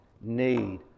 need